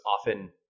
often